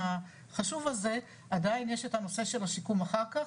החשוב הזה עדין יש את הנושא של השיקום אחר כך,